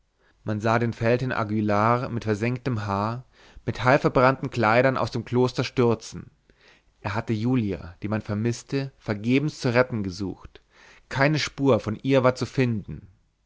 man sah den feldherrn aguillar mit versengtem haar mit halbverbrannten kleidern aus dem kloster stürzen er hatte julia die man vermißte vergebens zu retten gesucht keine spur von ihr war zu finden